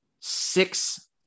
six